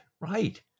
right